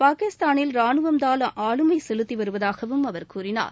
பாகிஸ்தானில் ராணுவம்தான் ஆளுமை செலுத்தி வருவதாகவும் அவர் கூறினார்